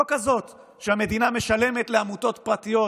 לא כזאת שבה המדינה משלמת לעמותות פרטיות